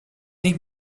niet